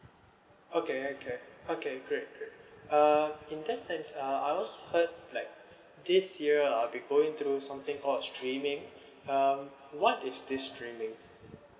okay okay okay great great uh in that sense uh I was heard like this year I'll be going to something called streaming um what is this streaming